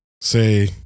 say